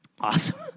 Awesome